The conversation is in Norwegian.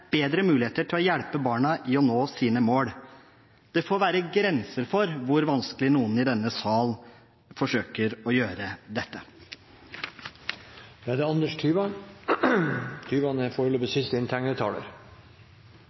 bedre muligheter til å hjelpe barna med å nå sine mål. Det får være grenser for hvor vanskelig noen i denne sal forsøker å gjøre dette.